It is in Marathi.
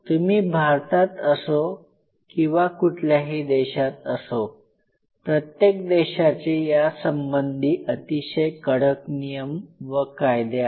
तुम्ही भारतात असो किंवा कुठल्याही देशात असो प्रत्येक देशाचे यासंबंधी अतिशय कडक नियम व कायदे आहेत